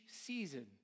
season